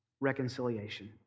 reconciliation